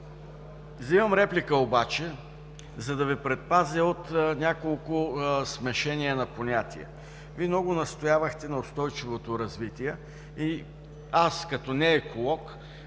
Взимам реплика обаче, за да Ви предпазя от няколко смешения на понятия. Вие много настоявахте за устойчивото развитие и аз, като не-еколог,